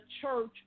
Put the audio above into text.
church